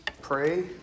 pray